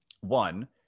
One